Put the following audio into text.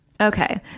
Okay